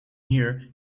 here